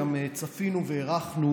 וגם צפינו והערכנו,